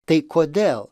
tai kodėl